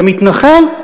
אתה מתנחל?